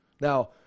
Now